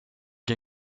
que